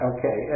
Okay